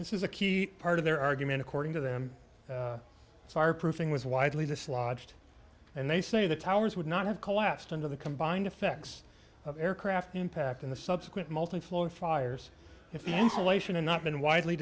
this is a key part of their argument according to them fireproofing was widely dislodged and they say the towers would not have collapsed under the combined effects of aircraft impact in the subsequent multi floor fires if the insulation and not been widely